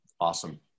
Awesome